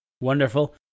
Wonderful